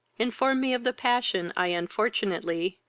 informed me of the passion i unfortunately,